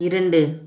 இரண்டு